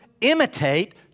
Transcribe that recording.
imitate